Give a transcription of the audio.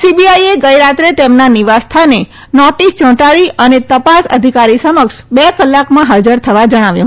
સીબીઆઈએ ગઈ રાતે તેમના નિવાસ સ્થાને નોટિસ ચોંટાડી અને તપાસ અધિકારી સમક્ષ બે કલાકમાં હાજર થવા જણાવ્યું